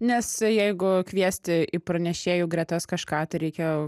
nes jeigu kviesti į pranešėjų gretas kažką tai reikia